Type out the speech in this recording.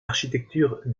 architecture